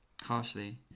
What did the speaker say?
harshly